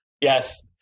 Yes